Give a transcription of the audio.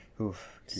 Oof